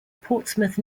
portsmouth